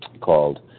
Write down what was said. called